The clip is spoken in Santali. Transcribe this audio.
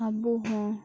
ᱟᱵᱚ ᱦᱚᱲ